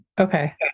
Okay